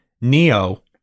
Neo